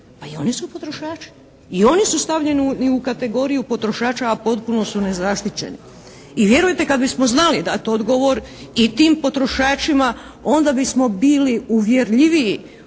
Pa i oni su potrošači. I oni su stavljeni u kategoriju potrošača, a potpuno su nezaštićeni. I vjerujte kad bismo znali dati odgovor i tim potrošačima onda bismo bili uvjerljiviji